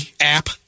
app